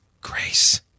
Grace